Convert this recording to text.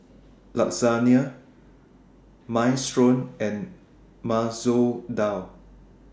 Lasagne Minestrone and Masoor Dal